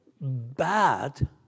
bad